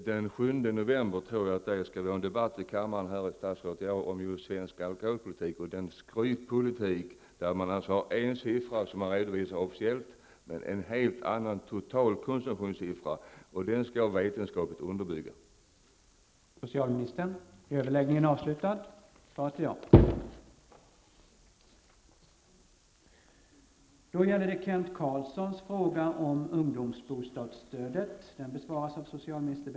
Herr talman! Den 7 november skall statsrådet och jag ha en debatt här i kammaren om just svensk alkoholpolitik och den skrytpolitik som innebär att man har en siffra som redovisas officiellt, medan man har en helt annan totalkonsumtionssiffra, och denna siffra skall jag då redovisa vetenskaplig underbyggnad för.